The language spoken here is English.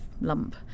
lump